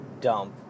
dump